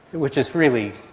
which is really.